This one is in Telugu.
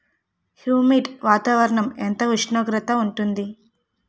హ్యుమిడ్ వాతావరణం ఎంత ఉష్ణోగ్రత ఉంటుంది?